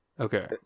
okay